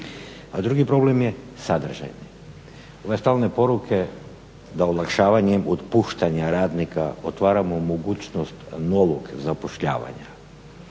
drugi problem je sadržaj. Ove stalne poruke da olakšavanjem otpuštanja radnika otvaramo mogućnost novog zapošljavanja.